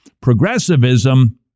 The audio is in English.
Progressivism